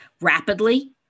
rapidly